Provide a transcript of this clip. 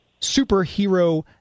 superhero